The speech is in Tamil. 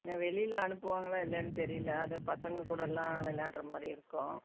என்னை வெளியில அனுப்புவாங்களா இல்லையானு தெரியல அதுவும் பசங்கக்கூடலாம் விளையாடுறமாரி இருக்கும்